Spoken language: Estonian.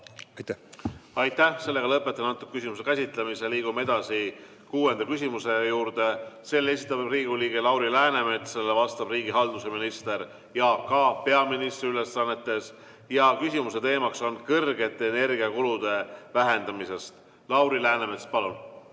Aitäh! Lõpetan selle küsimuse käsitlemise. Liigume edasi kuuenda küsimuse juurde. Selle esitab Riigikogu liige Lauri Läänemets, sellele vastab riigihalduse minister Jaak Aab peaministri ülesannetes ja küsimuse teema on kõrgete energiakulude vähendamine. Lauri Läänemets, palun!